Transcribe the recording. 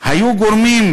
היו גורמים